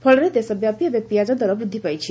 ଫଳରେ ଦେଶବ୍ୟାପୀ ଏବେ ପିଆଜ ଦର ବୃଦ୍ଧିପାଇଛି